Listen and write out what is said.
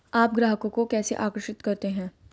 आप ग्राहकों को कैसे आकर्षित करते हैं?